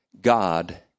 God